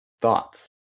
Thoughts